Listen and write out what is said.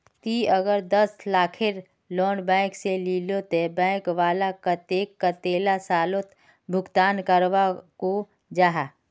ती अगर दस लाखेर लोन बैंक से लिलो ते बैंक वाला कतेक कतेला सालोत भुगतान करवा को जाहा?